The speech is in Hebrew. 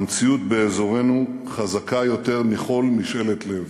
המציאות באזורנו חזקה יותר מכל משאלת לב.